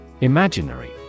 Imaginary